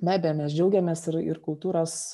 be abejo mes džiaugiamės ir ir kultūros